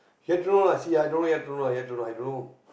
see lah i don't yet i don't know i don't know